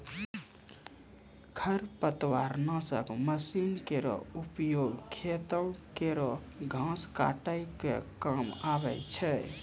खरपतवार नासक मसीन केरो उपयोग खेतो केरो घास काटै क काम आवै छै